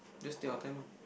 just take your time ah